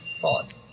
thought